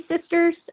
sisters